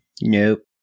Nope